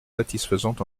satisfaisante